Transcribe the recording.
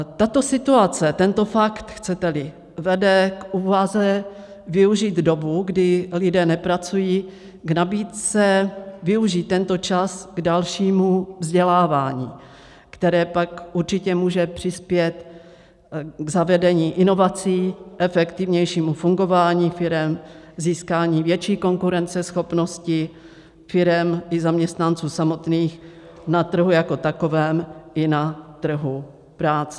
Tato situace, tento fakt, chceteli, vede k úvaze využít dobu, kdy lidé nepracují, k nabídce využít tento čas k dalšímu vzdělávání, které pak určitě může přispět k zavedení inovací, efektivnějšímu fungování firem, získání větší konkurenceschopnosti firem i zaměstnanců samotných na trhu jako takovém i na trhu práce.